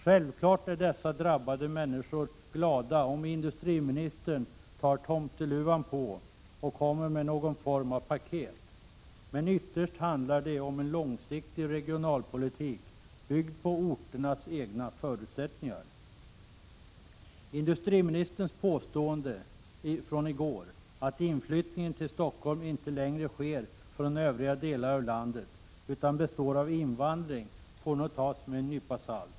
Självfallet är dessa drabbade människor glada, om industriministern ”tar tomteluvan på” och kommer med någon form av paket, men ytterst handlar det om en långsiktig regionalpolitik, byggd på orternas egna förutsättningar. Industriministerns påstående i går, att inflyttningen till Stockholm inte längre sker från övriga delar av landet utan består av invandring, får nog tas med en nypa salt.